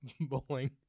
Bowling